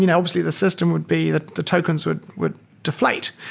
you know obviously the system would be that the tokens would would deflate,